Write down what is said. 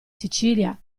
sicilia